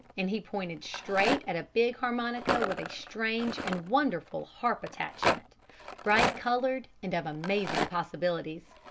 and he pointed straight at a big harmonica with a strange and wonderful harp attachment bright-colored and of amazing possibilities.